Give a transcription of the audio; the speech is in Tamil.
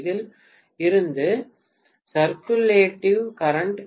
இதில் இருந்து சர்குலேடிங் கரண்ட் கிடைக்கும்